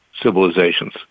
civilizations